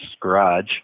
garage